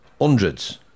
Hundreds